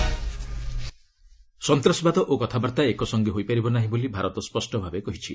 ସ୍ୱଷମା ପାକ୍ ସନ୍ତାସବାଦ ଓ କଥାବାର୍ତ୍ତା ଏକସଙ୍ଗେ ହୋଇପାରିବ ନାହିଁ ବୋଲି ଭାରତ ସ୍ୱଷ୍ଟ ଭାବେ କହିଛି